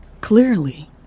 Clearly